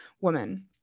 woman